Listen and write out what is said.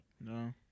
No